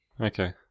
Okay